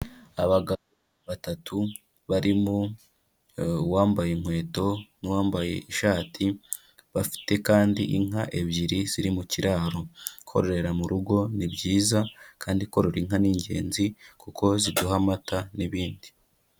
Abagabo batatu barimo uwambaye inkweto n'uwambaye ishati, bafite kandi inka ebyiri ziri mu kiraro. Kororera mu rugo ni byiza kandi korora inka ni ingenzi kuko ziduha amata n'ibindi.